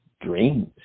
dreams